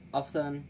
often